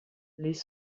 les